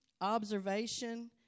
observation